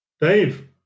Dave